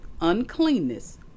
uncleanness